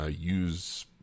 use